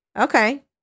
Okay